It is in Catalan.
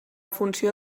funció